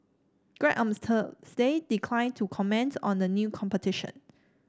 grab on Thursday declined to comment on the new competition